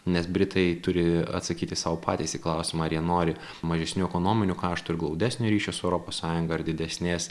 nes britai turi atsakyti sau patys į klausimą ar jie nori mažesnių ekonominių karštų ir glaudesnio ryšio su europos sąjunga ar didesnės